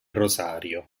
rosario